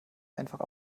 einfach